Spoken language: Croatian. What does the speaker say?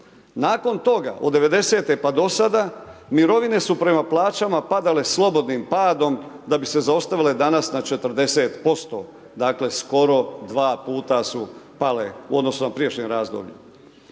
Nakon toga od '90. do sada mirovine su prema plaćama padale slobodnim padom da bi se zaustavile danas na 40%, dakle skoro 2 puta su pale u odnosu na prijašnje razdoblje.